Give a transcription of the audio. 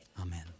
Amen